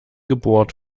gebohrt